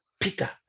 Peter